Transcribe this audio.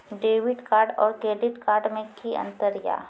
Debit card और credit card मे कि अंतर या?